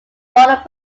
followed